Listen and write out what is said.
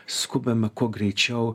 skubame kuo greičiau